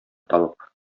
табып